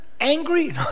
angry